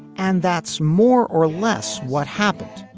and that's more or less what happened.